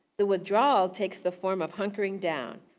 the withdrawal takes the form of hunkering down,